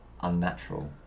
unnatural